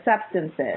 substances